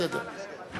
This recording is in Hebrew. בסדר.